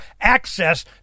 access